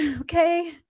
okay